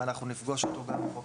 אנחנו נפגוש אותו גם בחוק